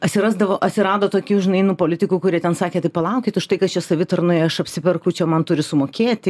atsirasdavo atsirado tokių žinai nu politikų kurie ten sakė tai palaukit už tai kas čia savitarnoj aš apsiperku čia man turi sumokėti